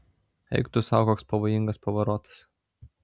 eik tu sau koks pavojingas pavarotas